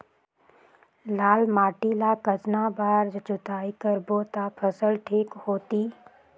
लाल माटी ला कतना बार जुताई करबो ता फसल ठीक होती?